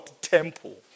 temple